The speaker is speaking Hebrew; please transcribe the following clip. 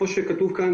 כמו שכתוב כאן,